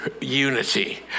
unity